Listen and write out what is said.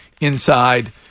inside